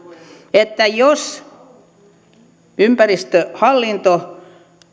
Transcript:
että jos ympäristöhallinto